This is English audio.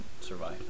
survive